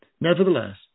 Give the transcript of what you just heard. Nevertheless